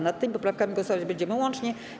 Nad tymi poprawkami głosować będziemy łącznie.